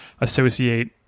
associate